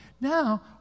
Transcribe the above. Now